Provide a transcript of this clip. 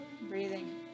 Breathing